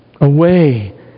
away